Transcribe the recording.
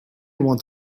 want